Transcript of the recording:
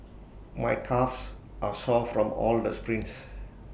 my calves are sore from all the sprints